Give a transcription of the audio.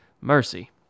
mercy